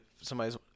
somebody's